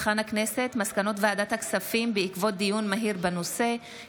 מסקנות ועדת הכספים בעקבות דיון מהיר בהצעתם